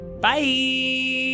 Bye